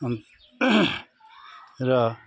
अनि र